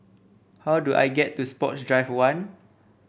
how do I get to Sports Drive One